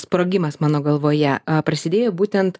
sprogimas mano galvoje a prasidėjo būtent